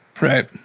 Right